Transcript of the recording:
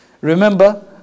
Remember